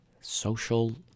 social